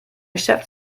geschäft